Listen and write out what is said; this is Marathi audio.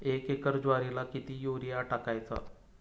एक एकर ज्वारीला किती युरिया टाकायचा?